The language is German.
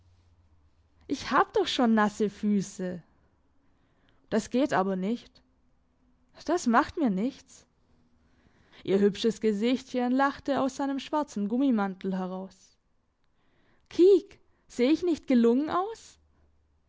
ich hab doch schon nasse füsse das geht aber nicht das macht mir nichts ihr hübsches gesichtchen lachte aus seinem schwarzen gummimantel heraus kiek seh ich nicht gelungen aus